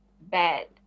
bad